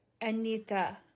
Anita